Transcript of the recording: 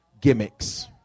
gimmicks